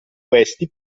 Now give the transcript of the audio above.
questi